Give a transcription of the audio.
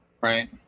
Right